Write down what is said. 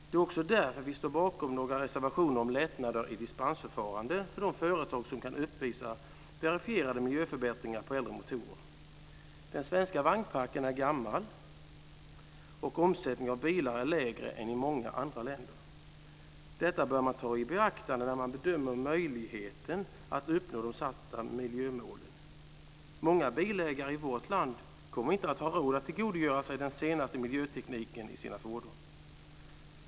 Det är också därför vi står bakom några reservationer om lättnader i dispensförfarande för de företag som kan uppvisa verifierade miljöförbättringar på äldre motorer. Den svenska vagnparken är gammal, och omsättningen av bilar är lägre än i många andra länder. Detta bör man ta i beaktande när man bedömer möjligheten att uppnå de satta miljömålen. Många bilägare i vårt land kommer inte att ha råd att tillgodogöra sig den senaste miljötekniken i sina fordon.